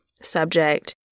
subject